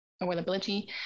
availability